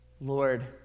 Lord